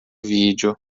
vídeo